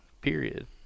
period